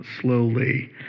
slowly